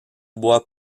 bois